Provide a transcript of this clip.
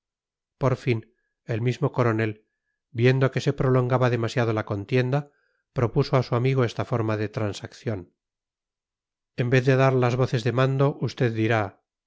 por fin el mismo coronel viendo que se prolongaba demasiado la contienda propuso a su amigo esta forma de transacción en vez de dar las voces de mando usted dirá